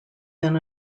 than